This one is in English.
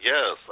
Yes